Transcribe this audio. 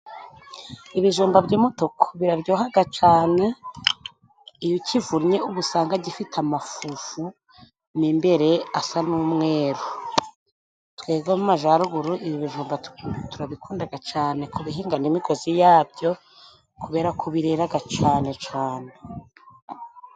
Ibijumba by'umutuku biraryohaga cane, iyo ukivunnye uba usanga gifite amafufu mo imbereye asa n'umweru, twebwe abo mu majaruguru ibi bijumba turabikundaga cane kubihinga n'imigozi yabyo kubera ko bireraga cane cane.